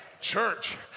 Church